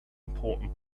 important